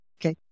Okay